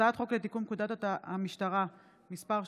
הצעת חוק-יסוד: הממשלה (תיקון מס' 13)